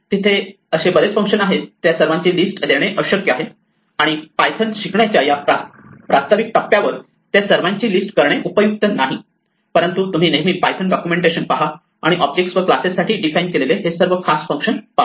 तिथे असे बरेच इतर फंक्शन आहेत त्या सर्वांची लिस्ट देणे अशक्य आहे आणि पायथन शिकण्याच्या या प्रास्ताविक टप्प्यावर त्या सर्वांची लिस्ट करणे उपयुक्त नाही परंतु तुम्ही नेहमी पायथन डॉक्युमेंटेशन पहा आणि ऑब्जेक्ट व क्लासेस साठी डिफाइन केलेले हे सर्व खास फंक्शन पहा